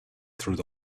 through